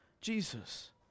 Jesus